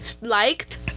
liked